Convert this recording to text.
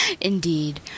Indeed